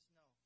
no